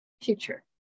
future